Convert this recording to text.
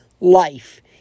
life